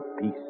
peace